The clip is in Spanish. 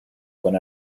con